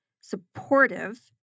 supportive